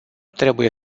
trebuie